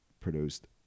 produced